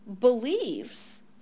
believes